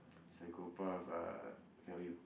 psychopath uh tell you